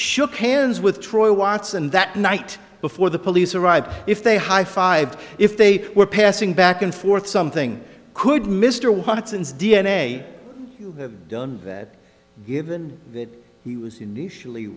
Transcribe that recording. shook hands with troy watson that night before the police arrived if they high five if they were passing back and forth something could mr watson's d n a have done that given that he was initially